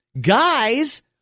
Guys